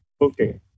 Okay